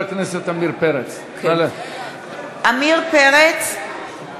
(קוראת בשם חבר הכנסת) עמיר פרץ,